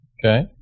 Okay